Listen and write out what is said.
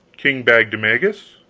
king bagdemagus.